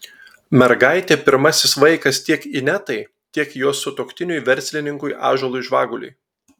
mergaitė pirmasis vaikas tiek inetai tiek jos sutuoktiniui verslininkui ąžuolui žvaguliui